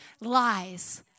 lies